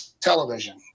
television